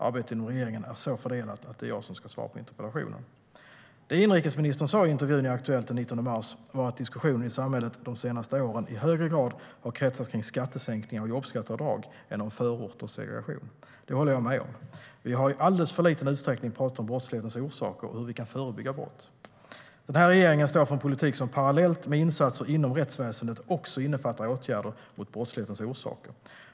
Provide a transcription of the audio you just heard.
Arbetet inom regeringen är så fördelat att det är jag som ska svara på interpellationen. Det inrikesministern sa i intervjun i AktuelltDen här regeringen står för en politik som parallellt med insatser inom rättsväsendet också innefattar åtgärder mot brottslighetens orsaker.